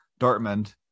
Dortmund